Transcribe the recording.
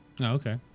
Okay